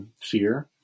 fear